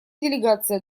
делегация